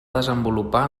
desenvolupar